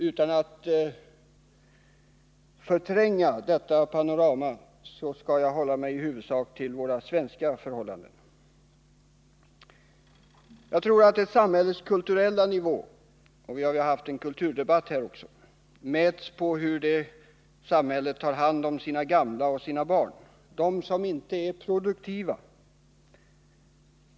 Utan att förtränga detta panorama skall jag hålla mig i huvudsak till våra svenska förhållanden. Vi har haft en kulturdebatt här. Ett samhälles kulturella nivå mäts på hur det tar hand om sina gamla och sina barn — dem som inte är produktiva.